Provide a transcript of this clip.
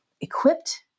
equipped